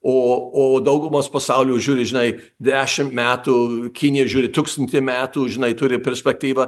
o o daugumos pasaulio žiūri žinai dešim metų kinija žiūri tūkstantį metų žinai turi perspektyvą